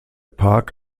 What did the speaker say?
park